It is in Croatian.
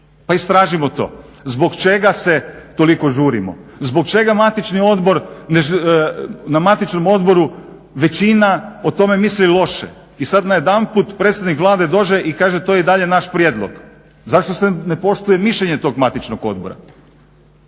pa istražimo to. Zbog čega se toliko žurimo? Zbog čega na matičnom odboru većina o tome misli loše i sad najedanput predstavnik Vlade dođe i kaže to je i dalje naš prijedlog. Zašto se ne poštuje mišljenje tog matičnog odbora?